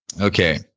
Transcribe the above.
Okay